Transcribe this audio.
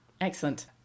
Excellent